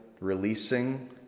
releasing